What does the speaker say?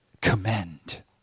commend